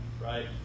right